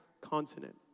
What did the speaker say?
continent